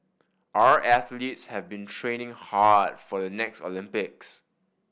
our athletes have been training hard for the next Olympics